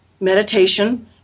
meditation